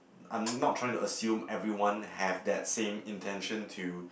I'm not trying to assume everyone have that same intention to